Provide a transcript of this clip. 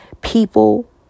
People